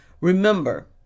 Remember